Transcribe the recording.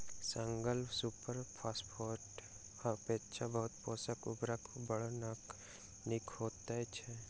single super फौसफेटक अपेक्षा बहु पोषक उर्वरक बड़ नीक होइत छै